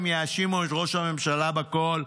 הם יאשימו את ראש הממשלה בכול,